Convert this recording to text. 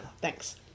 thanks